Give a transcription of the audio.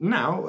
now